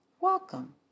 welcome